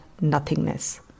nothingness